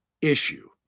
issue